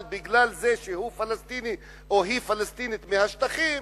אבל מכיוון שהוא פלסטיני או היא פלסטינית מהשטחים,